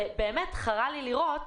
חרה לי לראות,